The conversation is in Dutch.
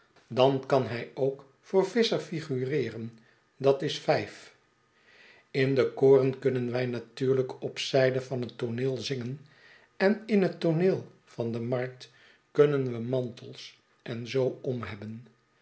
dan kan hij ook voor visscher figureeren dat is vijf in de koren kunnen wij natuurlijk op zijde van het tooneel zingen en in het tooneel van de markt kunnen we mantels en zoo om hebben